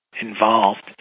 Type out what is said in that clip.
involved